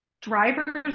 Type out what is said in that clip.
driver's